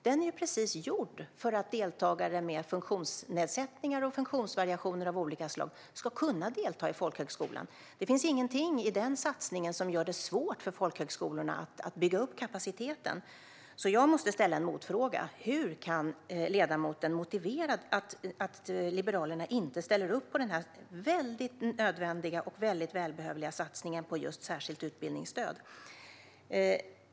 Den är ju gjord just för att deltagare med funktionsnedsättningar och funktionsvariationer av olika slag ska kunna delta i folkhögskolan. Det finns ingenting i den satsningen som gör det svårt för folkhögskolorna att bygga upp kapaciteten. Jag måste ställa en motfråga: Hur kan ledamoten motivera att Liberalerna inte ställer upp på den här väldigt nödvändiga och välbehövliga satsningen på just särskilt utbildningsstöd?